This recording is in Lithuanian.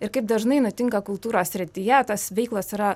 ir kaip dažnai nutinka kultūros srityje tos veiklos yra